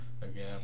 Again